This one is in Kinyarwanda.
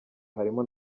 harimo